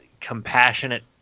compassionate